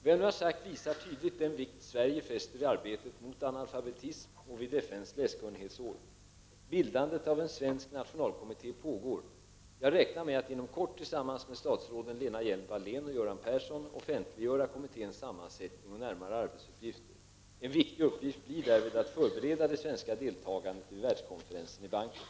Vad jag nu har sagt visar tydligt den vikt Sverige fäster vid arbetet mot analfabetism och vid FN:s läskunnighetsår. Bildandet av en svensk nationalkommitté pågår. Jag räknar med att inom kort tillsammans med statsråden Lena Hjelm-Wallén och Göran Persson offentliggöra kommitténs sammansättning och närmare arbetsuppgifter. En viktig uppgift blir därvid att förbereda det svenska deltagandet vid världskonferensen i Bangkok.